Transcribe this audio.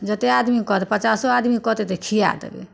जत्ते आदमीके कहत पचासो आदमीके कहतै तऽ खिया देबै